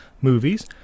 movies